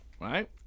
right